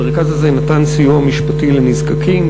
המרכז הזה נתן סיוע משפטי לנזקקים,